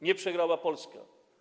Nie przegrała Polska.